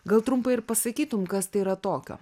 gal trumpai ir pasakytum kas tai yra tokio